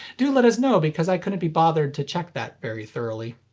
do let us know because i couldn't be bothered to check that very thoroughly.